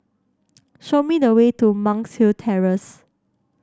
show me the way to Monk's Hill Terrace